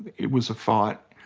it was a fight.